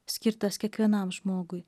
skirtas kiekvienam žmogui